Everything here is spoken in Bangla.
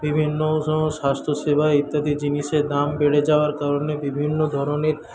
বিভিন্ন স্বাস্থ্য সেবা ইত্যাদি জিনিসের দাম বেড়ে যাওয়ার কারণে বিভিন্ন ধরনের